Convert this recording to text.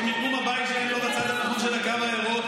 שמיקום הבית שלהם לא בצד הנכון של הקו הירוק,